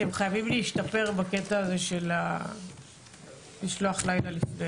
אתם חייבים להשתפר בקטע הזה של משלוח הלילה.